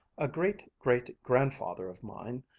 a great-great-grandfather of mine,